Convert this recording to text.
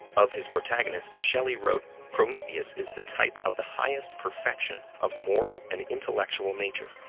of his protagonist, shelley wrote, prometheus is the type of the highest perfection of moral and intellectual nature,